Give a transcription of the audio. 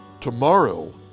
Tomorrow